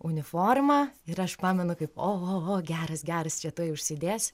uniformą ir aš pamenu kaip ohoho geras geras čia tuoj užsidės